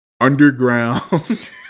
underground